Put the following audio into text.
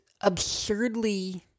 absurdly